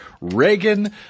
Reagan